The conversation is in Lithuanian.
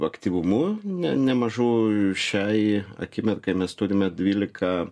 aktyvumu ne nemažu šiai akimirkai mes turime dvylika